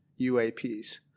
UAPs